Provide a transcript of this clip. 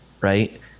right